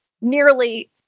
nearly